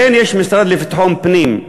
לכן יש משרד לביטחון פנים,